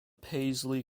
paisley